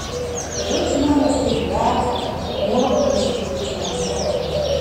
kodėl žmonės taip lekia murkdosi triukšmuose